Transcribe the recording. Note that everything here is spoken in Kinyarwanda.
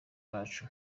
bacu